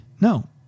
no